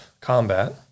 combat